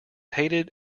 hated